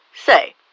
Say